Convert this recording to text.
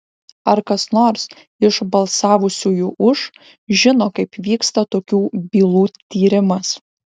ar kas nors iš balsavusiųjų už žino kaip vyksta tokių bylų tyrimas